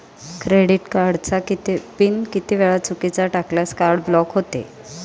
Credit कार्डचा PIN किती वेळा चुकीचा टाकल्यास कार्ड ब्लॉक होते?